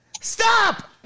Stop